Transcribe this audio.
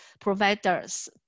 providers